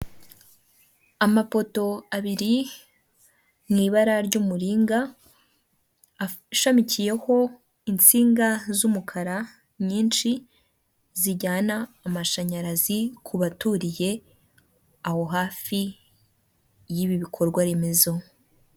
Amapoto abiri mu ibara ry'umuringa ashamikiyeho insinga z'umukara nyinshi zijyana amashanyarazi ku baturiye, aho hafi y'ibi bikorwaremezo.